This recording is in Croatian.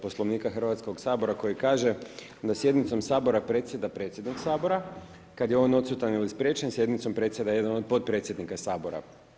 Poslovnika Hrvatskoga sabora koji kaže da sjednicom Sabora predsjeda predsjednik Sabora kada je on odsutan ili spriječen sjednicom predsjeda jedan od potpredsjednika Sabora.